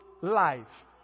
life